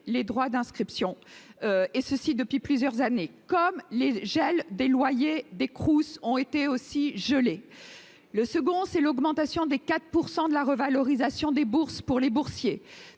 les droits d'inscription, et ceci depuis plusieurs années, comme les gels des loyers des Crous ont été aussi gelé le second, c'est l'augmentation des 4 pour 100 de la revalorisation des bourses pour les boursiers,